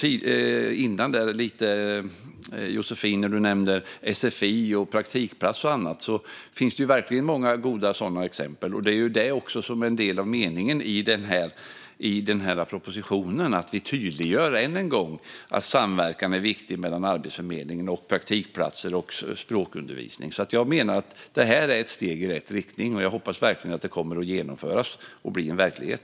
Josefin nämnde tidigare sfi, praktikplats och annat. Det finns verkligen många goda sådana exempel. Det är också detta som är en del av meningen med propositionen: att än en gång tydliggöra att samverkan mellan Arbetsförmedlingen, praktikplatser och språkundervisning är viktigt. Jag menar att det här är ett steg i rätt riktning, och jag hoppas verkligen att detta kommer att genomföras och bli verklighet.